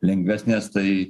lengvesnės tai